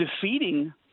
defeating